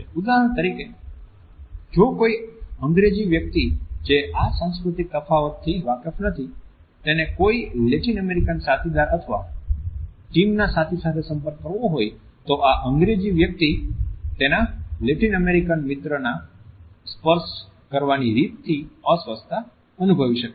ઉદાહરણ તરીકે જો કોઈ અંગ્રેજી વ્યક્તિ જે આ સાંસ્કૃતિક તફાવત થી વાકેફ નથી તેણે કોઈ લેટિન અમેરિકન સાથીદાર અથવા ટીમના સાથી સાથે સંપર્ક કરવો હોય તો આ અંગ્રેજ વ્યક્તિ તેના લેટિન અમેરિકન મિત્રના સ્પર્શ કરવાની રીત થી અસ્વસ્થતા અનુભવી શકે છે